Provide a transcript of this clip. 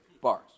Bars